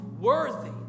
worthy